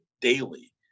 daily